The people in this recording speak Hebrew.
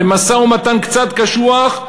למשא-ומתן קצת קשוח,